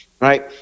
Right